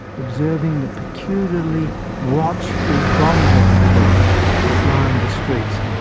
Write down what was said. observing the peculiarly watchful bonsai trees that lined the streets,